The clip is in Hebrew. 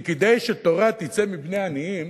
כי כדי שתורה תצא מבני עניים